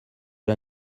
pas